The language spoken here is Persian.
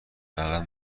فقط